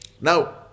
Now